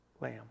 lamb